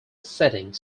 setting